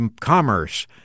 commerce